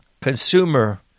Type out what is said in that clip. consumer